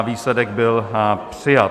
Výsledek byl přijat.